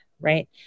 right